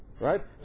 right